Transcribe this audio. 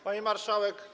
Pani Marszałek!